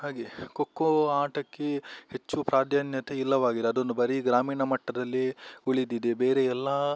ಹಾಗೆ ಕೊಕ್ಕೊ ಆಟಕ್ಕೆ ಹೆಚ್ಚು ಪ್ರಾಧಾನ್ಯತೆ ಇಲ್ಲವಾಗಿ ಅದೊಂದು ಬರಿ ಗ್ರಾಮೀಣ ಮಟ್ಟದಲ್ಲಿ ಉಳಿದಿದೆ ಬೇರೆ ಎಲ್ಲಾ